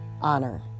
honor